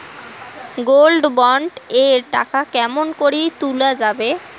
Gold bond এর টাকা কেমন করি তুলা যাবে?